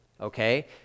Okay